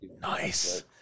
nice